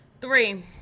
Three